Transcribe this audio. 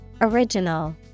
Original